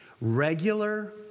Regular